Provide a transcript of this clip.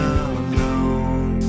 alone